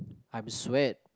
I'm sweat